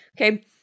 okay